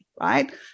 right